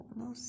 no